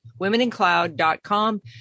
womenincloud.com